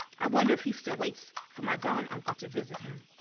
i wonder if he still waits for my gone uncle to visit him,